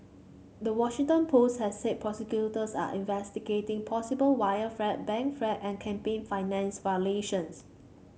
the Washington Post has said prosecutors are investigating possible wire fraud bank fraud and campaign finance violations